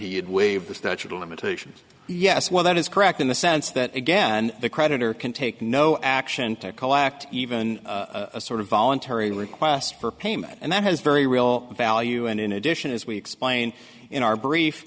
he had waived the statute of limitations yes well that is correct in the sense that again the creditor can take no action to call act even a sort of voluntary request for payment and that has very real value and in addition as we explained in our brief